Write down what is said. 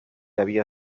había